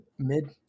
Mid